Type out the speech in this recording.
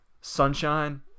Sunshine